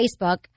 Facebook